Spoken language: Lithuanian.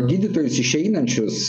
gydytojus išeinančius